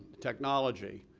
technology,